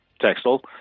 textile